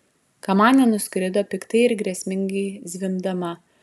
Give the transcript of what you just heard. kamanė nuskrido piktai ir grėsmingai zvimbdama